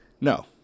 No